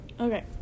Okay